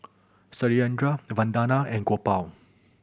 Satyendra Vandana and Gopal